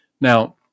Now